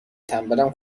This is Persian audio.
تنبلم